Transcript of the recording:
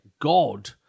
God